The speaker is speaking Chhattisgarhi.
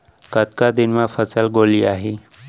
कतका दिन म फसल गोलियाही?